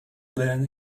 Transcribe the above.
then